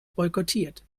boykottiert